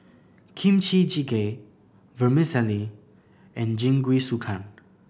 Kimchi Jjigae Vermicelli and Jingisukan